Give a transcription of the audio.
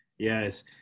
Yes